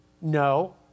No